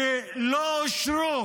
שלא אושרו